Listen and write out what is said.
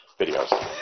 videos